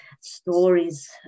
stories